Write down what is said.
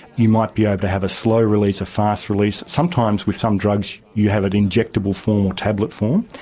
you might be able to have a slow-release, a fast-release, sometimes with some drugs you have an injectable form or tablet form.